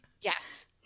Yes